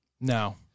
No